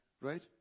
Right